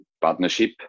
partnership